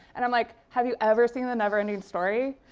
and um like have you ever seen the neverending story?